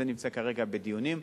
זה נמצא כרגע בדיונים.